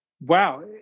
wow